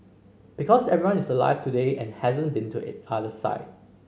because everyone is alive today and hasn't been to other side